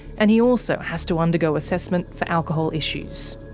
and he also has to undergo assessment for alcohol issues.